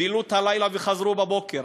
בילו את הלילה וחזרו בבוקר.